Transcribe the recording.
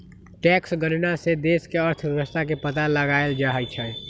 tax गणना से देश के अर्थव्यवस्था के पता लगाएल जाई छई